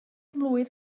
mlwydd